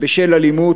בשל אלימות,